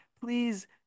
Please